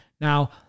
Now